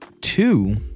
Two